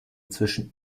zwischen